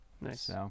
Nice